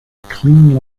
clean